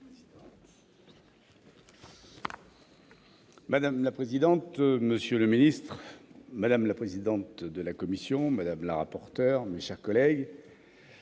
Madame la présidente, monsieur le ministre, madame la présidente de la commission, madame la rapporteur, mes chers collègues,